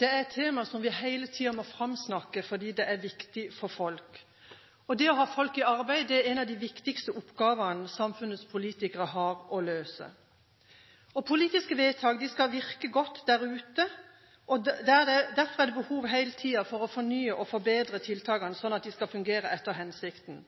Det er et tema som vi hele tida må framsnakke, fordi det er viktig for folk. Det å ha folk i arbeid, er en av de viktigste oppgavene samfunnets politikere har å løse. Politiske vedtak skal virke godt der ute, og derfor er det hele tida behov for å fornye og forbedre tiltakene, slik at de skal fungere etter hensikten.